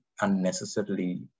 unnecessarily